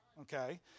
Okay